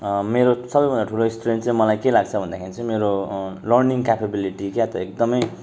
मेरो सबैभन्दा ठुलो स्ट्रेङ्थ चाहिँ मलाई के लाग्छ भन्दाखेरि चाहिँ मेरो लर्निङ केपेबिलिटी क्या हो त एकदमै